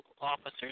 officers